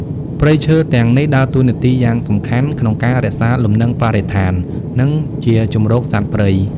ព្រៃឈើទាំងនេះដើរតួនាទីយ៉ាងសំខាន់ក្នុងការរក្សាលំនឹងបរិស្ថាន និងជាជម្រកសត្វព្រៃ។